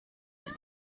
ist